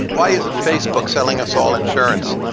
why isn't facebook selling us all insurance?